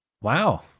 Wow